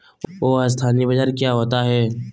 अस्थानी बाजार क्या होता है?